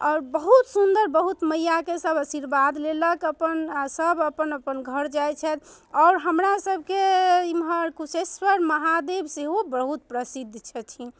आओर बहुत सुन्दर बहुत मइआके सभ आशीर्वाद लेलक अपन सभ अपन अपन घर जाए छथि आओर हमरा सभके एम्हर कुशेश्वर महादेव सेहो बहुत प्रसिद्ध छथिन